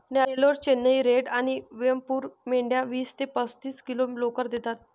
Nellore, Chennai red आणि वेमपूर मेंढ्या वीस ते पस्तीस किलो लोकर देतात